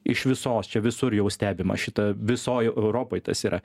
iš visos čia visur jau stebima šita visoj europoj tas yra